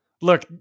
Look